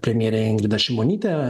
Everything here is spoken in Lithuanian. premjerė ingrida šimonytė